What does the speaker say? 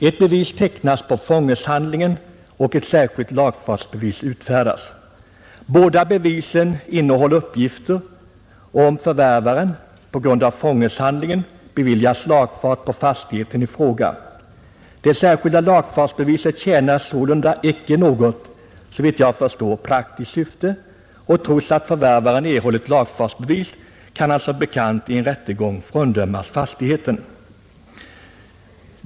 Ett bevis tecknas på fångeshandlingen, och ett särskilt lagfartsbevis utfärdas. Båda bevisen innehåller uppgifter om förvärvaren på grund av fångeshandlingen beviljas lagfart på fastigheten i fråga. Det särskilda lagfartsbeviset tjänar, såvitt jag förstår, inte något praktiskt syfte. Trots att förvärvaren har erhållit lagfartsbevis kan han, som bekant, i en rättegång fråndömas fastigheten.